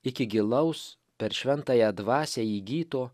iki gilaus per šventąją dvasią įgyto